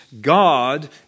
God